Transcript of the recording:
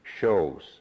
shows